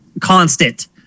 constant